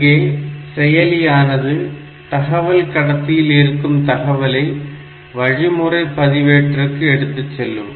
இங்கே செயலியானது தகவல் கடத்தியில் இருக்கும் தகவலை வழிமுறை பதிவேட்டிற்கு எடுத்துச்செல்லும்